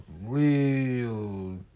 Real